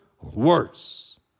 worse